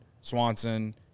Swanson